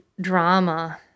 drama